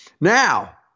Now